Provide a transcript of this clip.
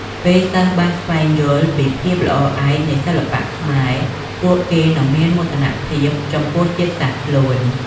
ពេលសិស្សបានស្វែងយល់ពីភាពល្អឯកនៃសិល្បៈខ្មែរ ពួកគេនឹងមានមោទនភាពចំពោះជាតិសាសន៍ខ្លួន។